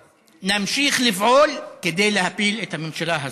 ונמשיך לפעול כדי להפיל את הממשלה הזאת.